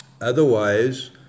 Otherwise